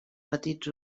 petits